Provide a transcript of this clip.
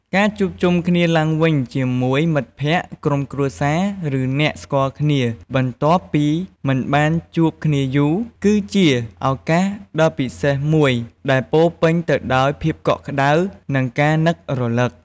ការជួបជុំគ្នាឡើងវិញជាមួយមិត្តភក្តិ ក្រុមគ្រួសារ ឬអ្នកស្គាល់គ្នា បន្ទាប់ពីមិនបានជួបគ្នាយូរ គឺជាឱកាសដ៏ពិសេសមួយដែលពោរពេញទៅដោយភាពកក់ក្តៅ និងការនឹករលឹក។